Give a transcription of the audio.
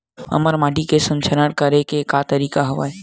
हमर माटी के संरक्षण करेके का का तरीका हवय?